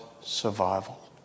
survival